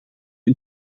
een